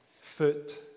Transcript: Foot